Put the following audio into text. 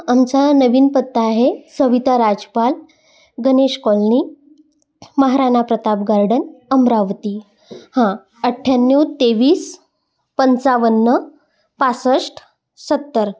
आमचा नवीन पत्ता आहे सविता राजपाल गणेश कॉलनी महाराणा प्रताप गार्डन अमरावती हां अठ्याण्णव तेवीस पंचावन्न पास्ष्ट सत्तर